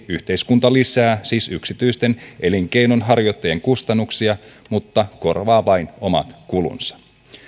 yhteiskunta lisää siis yksityisten elinkeinonharjoittajien kustannuksia ja korvaa vain omat kulunsa